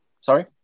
sorry